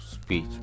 speech